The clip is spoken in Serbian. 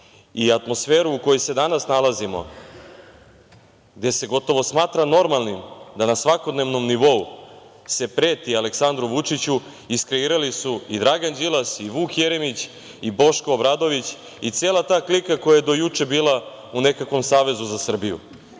vlast. Atmosferu u kojoj se danas nalazimo, gde se gotovo smatra normalnim da na svakodnevnom nivou se preti Aleksandru Vučiću, iskreirali su i Dragan Đilas, i Vuk Jeremić, i Boško Obradović i cela ta klika koja je do juče bila u nekakvom Savezu za Srbiju.